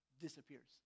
disappears